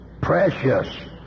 precious